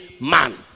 man